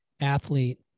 athlete